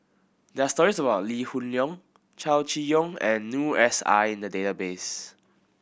there are stories about Lee Hoon Leong Chow Chee Yong and Noor S I in the database